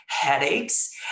headaches